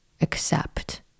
accept